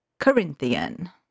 corinthian